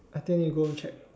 I think need to go home check